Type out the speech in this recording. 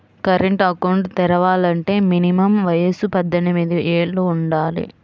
current account తెరవాలంటే minimum వయసు పద్దెనిమిది యేళ్ళు వుండాలి